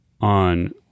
on